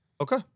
Okay